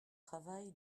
travail